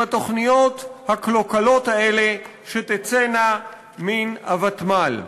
התוכניות הקלוקלות האלה שתצאנה מהוותמ"ל.